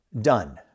done